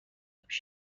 پیش